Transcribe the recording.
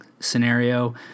scenario